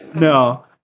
No